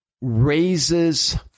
raises